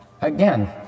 Again